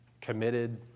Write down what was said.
committed